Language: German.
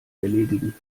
erledigen